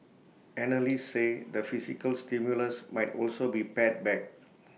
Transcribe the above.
analysts say the fiscal stimulus might also be pared back